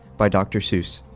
by dr. seuss